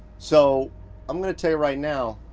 so i'm gonna tell you right now